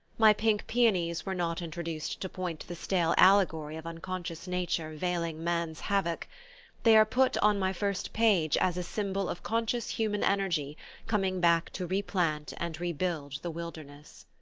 my pink peonies were not introduced to point the stale allegory of unconscious nature veiling man's havoc they are put on my first page as a symbol of conscious human energy coming back to replant and rebuild the wilderness.